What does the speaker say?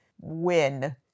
win